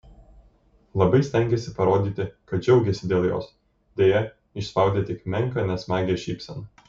labai stengėsi parodyti kad džiaugiasi dėl jos deja išspaudė tik menką nesmagią šypseną